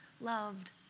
loved